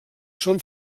són